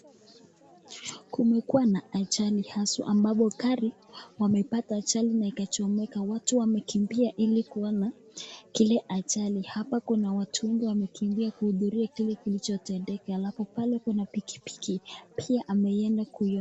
Kumekuwa na ajali haswa ambapo gari imepata ajali na ikachomeka watu wamekimbia ili kuona ile ajali. Hapa kuna watu wengi wamekimbia kuhudhuria kile ambacho kimetendeka alafu pale kuna pikipiki pia ameenda kuiona.